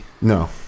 No